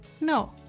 No